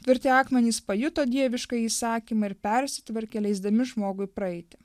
tvirti akmenys pajuto dieviškąjį įsakymą ir persitvarkė leisdami žmogui praeiti